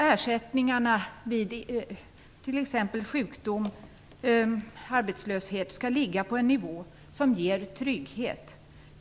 Ersättningar vid t.ex. sjukdom eller arbetslöshet skall ligga på en nivå som ger trygghet.